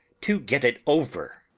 to get it over!